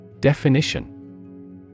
Definition